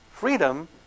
Freedom